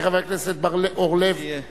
כי חבר הכנסת אורלב בקי,